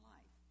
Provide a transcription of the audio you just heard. Life